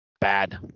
Bad